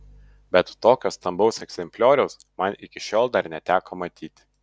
bet tokio stambaus egzemplioriaus man iki šiol dar neteko matyti